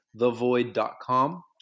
thevoid.com